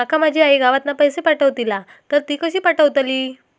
माका माझी आई गावातना पैसे पाठवतीला तर ती कशी पाठवतली?